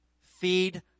Feed